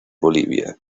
bolivia